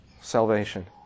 salvation